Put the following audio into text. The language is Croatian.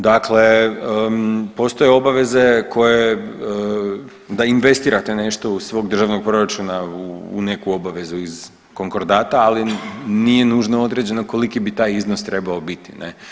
Dakle, postoje obaveze koje da investirate nešto iz svog državnog proračuna u neku obavezu iz konkordata, ali nije nužno određeno koliki bi taj iznos trebao biti ne.